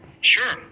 sure